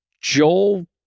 Joel